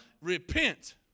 repent